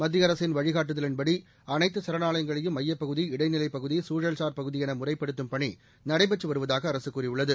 மத்திய அரசின் வழிகாட்டுதலின்படி அனைத்து சரணாலயங்களையும் மையப்பகுதி இடைநிலைப்பகுதி சூழல்சார் பகுதி என முறைப்படுத்தும் பணி நடைபெற்று வருவதாக அரசு கூறியுள்ளது